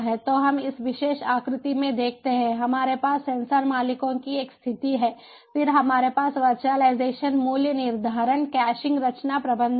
तो हम इस विशेष आकृति में देखते हैं हमारे पास सेंसर मालिकों की एक स्थिति है फिर हमारे पास वर्चुअलाइजेशन मूल्य निर्धारण कैशिंग रचना प्रबंधन है